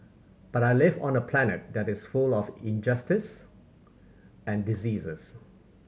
but I live on a planet that is full of injustice and diseases